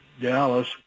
Dallas